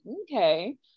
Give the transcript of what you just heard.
okay